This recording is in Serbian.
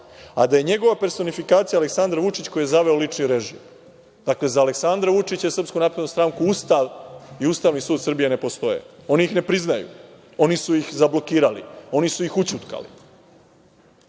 a da je njegova personifikacija Aleksandar Vučić koji je zaveo lični režim. Dakle, za Aleksandara Vučića i SNS Ustav i Ustavni sud Srbije ne postoje. Oni ih ne priznaju, oni su ih zablokirali, oni su ih ućutkali.